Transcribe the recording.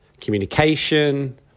communication